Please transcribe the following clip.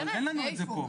אבל אין לנו את זה פה.